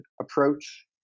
approach